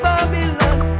Babylon